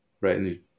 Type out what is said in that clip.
right